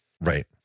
Right